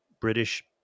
British